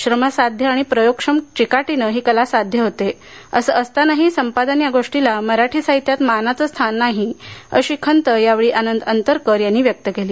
श्रमसाध्य आणि प्रयोगक्षम चिकाटीने ही कला साध्य होते असे असतानाही संपादन या गोष्टीला मराठी साहित्यात मानाचे स्थान नाही अशी खंत या वेळी अंतरकर यांनी व्यक्त केली